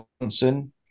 Johnson